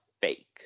fake